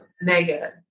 mega